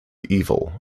evil